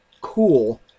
cool